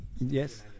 Yes